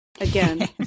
Again